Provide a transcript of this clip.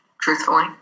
truthfully